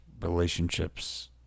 relationships